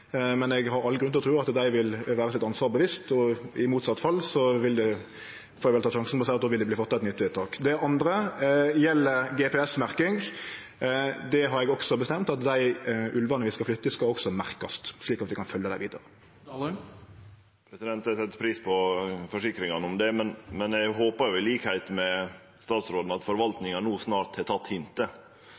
men eg har all grunn til å tru at dei vil vere seg sitt ansvar bevisst. I motsett fall får eg ta sjansen på å seie at då vil det verte gjort eit nytt vedtak. Det andre gjeld GPS-merking. Der har eg også bestemt at dei ulvane vi skal flytte, skal også merkjast, slik at vi kan følgje dei vidare. Eg set pris på forsikringane om det, men eg håpar jo, til liks med statsråden, at forvaltninga no snart har